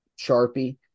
Sharpie